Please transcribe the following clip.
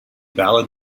ballad